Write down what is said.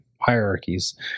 hierarchies